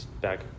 back